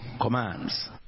commands